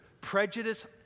prejudice